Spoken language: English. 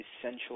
essential